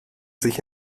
sich